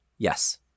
Yes